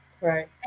right